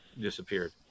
disappeared